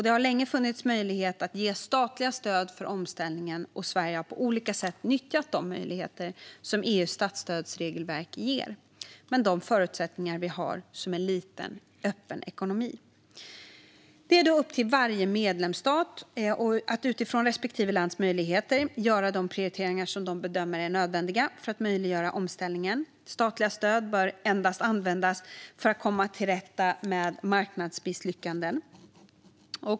Det har länge funnits möjlighet att ge statliga stöd för omställningen, och Sverige har på olika sätt nyttjat de möjligheter som EU:s statsstödsregelverk ger, med de förutsättningar vi har som en liten, öppen ekonomi. Det är upp till varje medlemsstat att utifrån respektive lands möjligheter göra de prioriteringar som de bedömer är nödvändiga för att möjliggöra omställningen. Statliga stöd bör endast användas för att komma till rätta med marknadsmisslyckanden.